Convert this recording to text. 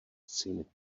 syny